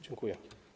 Dziękuję.